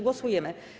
Głosujemy.